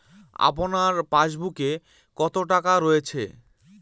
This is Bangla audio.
আপনার পাসবুকে কত টাকা রয়েছে?